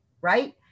right